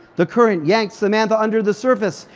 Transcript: the current yanked samantha under the surface,